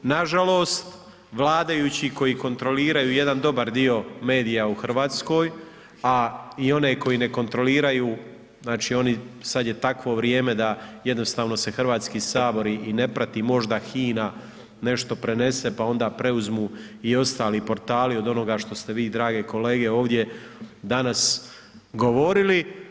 Nažalost vladajući koji kontroliraju jedan dobar dio medija u Hrvatskoj, a i one koje ne kontroliraju znači oni, sad je takvo vrijeme da jednostavno se Hrvatski sabor i ne prati, možda HINA nešto prenese pa onda preuzmu i preostali portali od onoga što ste vi drage kolege ovdje danas govorili.